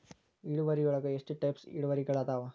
ಇಳುವರಿಯೊಳಗ ಎಷ್ಟ ಟೈಪ್ಸ್ ಇಳುವರಿಗಳಾದವ